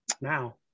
Now